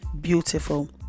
beautiful